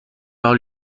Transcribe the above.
par